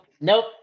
Nope